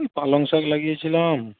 ওই পালং শাক লাগিয়েছিলাম